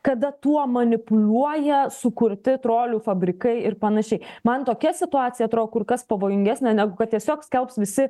kada tuo manipuliuoja sukurti trolių fabrikai ir panašiai man tokia situacija atro kur kas pavojingesnė negu kad tiesiog skelbs visi